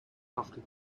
after